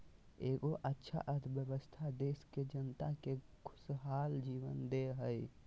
एगो अच्छा अर्थव्यवस्था देश के जनता के खुशहाल जीवन दे हइ